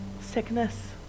sickness